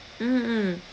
mm mm